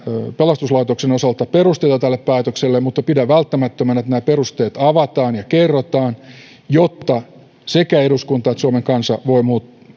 pelastuslaitoksen osalta perusteita tälle päätökselle mutta pidän välttämättömänä että nämä perusteet avataan ja kerrotaan jotta sekä eduskunta että suomen kansa voivat